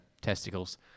Testicles